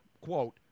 Quote